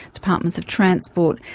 departments of transport,